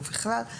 ובכלל.